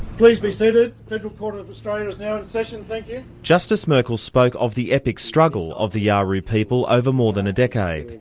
please be seated, the federal court of australia is now in session thank you. justice merkel spoke of the epic struggle of the ah yuwaru people over more than a decade.